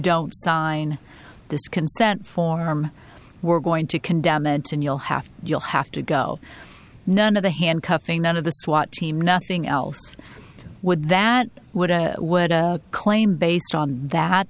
don't sign this consent form we're going to condemn it and you'll have to you'll have to go none of the handcuffing none of the swat team nothing else would that would i would claim based on